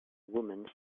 woman